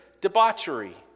debauchery